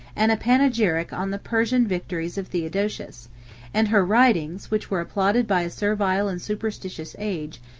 and a panegyric on the persian victories of theodosius and her writings, which were applauded by a servile and superstitious age,